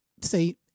say